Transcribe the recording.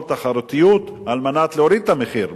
תחרותיות על מנת להוריד את המחיר,